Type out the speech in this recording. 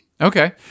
Okay